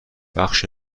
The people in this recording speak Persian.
بخش